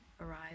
arrive